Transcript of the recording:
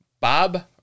Bob